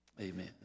amen